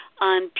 on